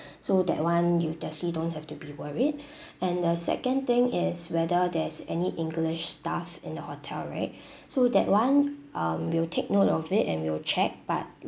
so that [one] you definitely don't have to be worried and the second thing is whether there is any english staff in the hotel right so that [one] um we'll take note of it and we'll check but